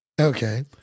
Okay